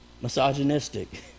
misogynistic